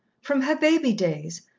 from her baby days,